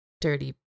Dirty